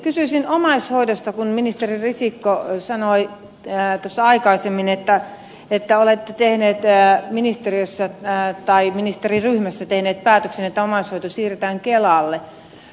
kysyisin omaishoidosta kun ministeri risikko sanoi tuossa aikaisemmin että olette tehneet ministeriössä tai ministeriryhmässä päätöksen että omaishoito siirretään kelalle